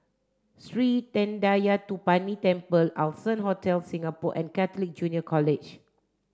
Sri Thendayuthapani Temple Allson Hotel Singapore and Catholic Junior College